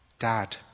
dad